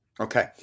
Okay